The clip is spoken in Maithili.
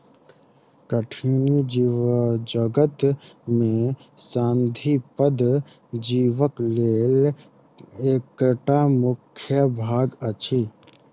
कठिनी जीवजगत में संधिपाद जीवक लेल एकटा मुख्य भाग अछि